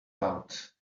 out